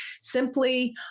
simply